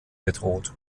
bedroht